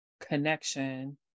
connection